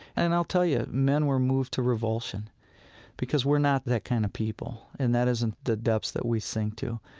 and i'll tell you, men were moved to revulsion because we're not that kind of people, and that isn't the depths that we sink to.